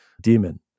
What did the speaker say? demon